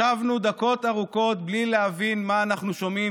ישבנו דקות ארוכות בלי להבין מה אנחנו שומעים,